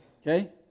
Okay